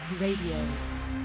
Radio